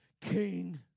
King